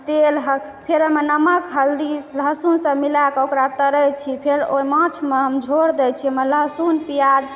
तेल ह फेर ओहीमे नमक हल्दी लहसुन सब मिला कऽ तरैइ छी फेर ओहि माछमे हम झोर दै छी ओहीमे लहसुन प्याज